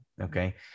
Okay